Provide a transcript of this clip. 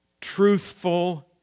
truthful